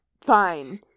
fine